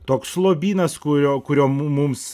toks lobynas kurio kurio mu mums